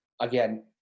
again